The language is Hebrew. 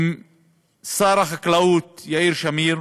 עם שר החקלאות יאיר שמיר,